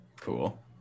cool